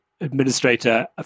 administrator